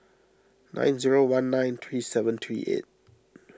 nine zero one nine three seven three eight